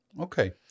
Okay